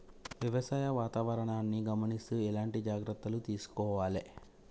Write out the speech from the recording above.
వ్యవసాయ వాతావరణాన్ని గమనిస్తూ ఎట్లాంటి జాగ్రత్తలు తీసుకోవాలే?